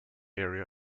area